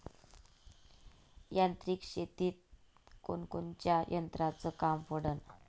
यांत्रिक शेतीत कोनकोनच्या यंत्राचं काम पडन?